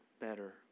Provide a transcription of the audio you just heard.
better